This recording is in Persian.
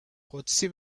قدسی